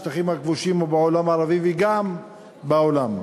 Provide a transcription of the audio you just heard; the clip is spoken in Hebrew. בשטחים הכבושים ובעולם הערבי וגם בעולם.